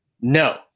no